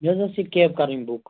مےٚ حظ ٲس یہِ کیب کَرٕنۍ بُک